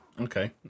okay